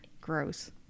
Gross